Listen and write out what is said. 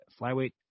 flyweight